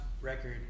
record